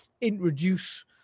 introduce